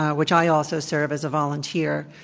ah which i also serve as a volunteer,